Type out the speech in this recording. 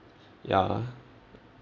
ya